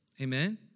Amen